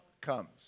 comes